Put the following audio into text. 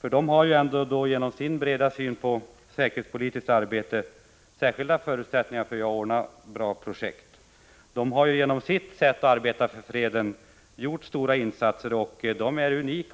Dessa har ju genom sin breda syn på det säkerhetspolitiska arbetet särskilda förutsättningar när det gäller att ordna bra projekt. De har också genom sitt sätt att arbeta för freden gjort stora insatser, ja, de är unika.